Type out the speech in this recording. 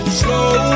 slow